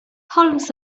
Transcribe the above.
holmes